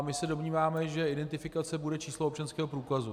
My se domníváme, že identifikace bude číslo občanského průkazu.